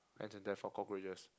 and to death of cockroaches